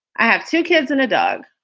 i have two kids and a dog.